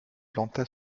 planta